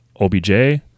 OBJ